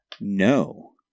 No